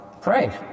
Pray